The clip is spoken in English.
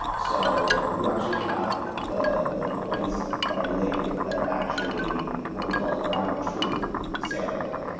so you actually have the the points that are labeled that are actually what we call a ground truth sample.